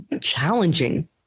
challenging